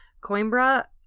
Coimbra